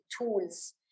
tools